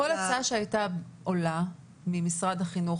כל הצעה שהייתה עולה ממשרד החינוך,